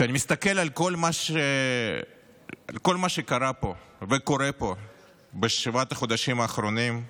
כשאני מסתכל על כל מה שקרה פה וקורה פה בשבעת החודשים האחרונים,